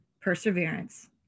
perseverance